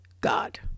God